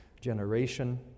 generation